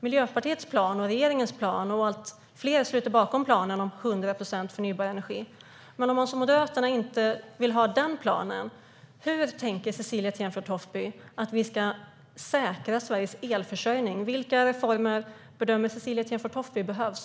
Miljöpartiet, regeringen och fler sluter upp bakom planen om 100 procent förnybar energi. Men om Moderaterna inte vill ha denna plan, hur tänker Cecilie Tenfjord-Toftby att vi ska säkra Sveriges elförsörjning? Vilka reformer bedömer Cecilie Tenfjord-Toftby behövs?